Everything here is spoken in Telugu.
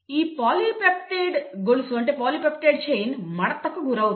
ఈ పాలీపెప్టైడ్ గొలుసు మడతకు గురవుతుంది